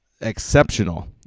exceptional